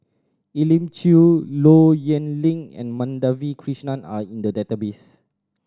Elim Chew Low Yen Ling and Madhavi Krishnan are in the database